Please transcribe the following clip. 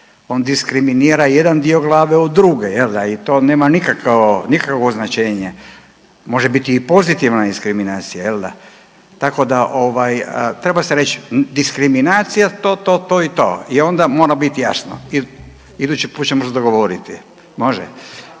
on diskriminira jedan dio glave od druge, jel' da i to nema nikakvo značenje. Može biti i pozitivna diskriminacija. Tako da treba se reći diskriminacija to, to i to i onda mora biti jasno. Idući put ćemo se dogovoriti. Može?